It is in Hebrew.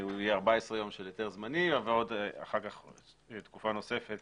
אלה יהיו 14 ימים שזה היתר זמני ואחר כך עוד תקופה נוספת